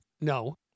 no